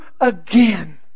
again